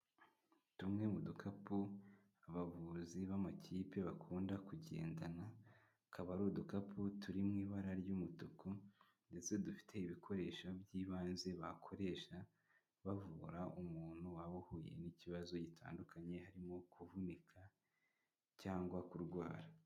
Tumwe mu dukapu, abavuzi b'amakipe bakunda kugendana, akaba ari udukapu turi mu ibara ry'umutuku ndetse dufite ibikoresho by'ibanze, bakoresha bavura umuntu waba uhuye n'ikibazo gitandukanye, harimo kuvunika cyangwa kurwara.